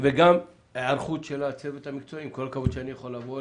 אם יש באזור סטטיסטי כ-1,000 משקי בית,